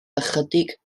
ychydig